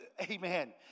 amen